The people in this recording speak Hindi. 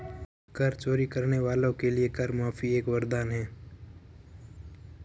कर चोरी करने वालों के लिए कर माफी एक वरदान है